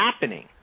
happening